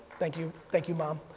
thank you, thank you mom.